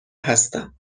هستم